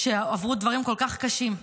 שעברו דברים כל כך קשים,